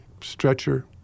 Stretcher